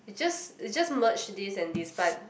it just it just merge this and this but